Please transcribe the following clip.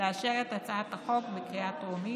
לאשר את הצעת החוק בקריאה הטרומית.